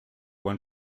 when